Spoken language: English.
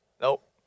Nope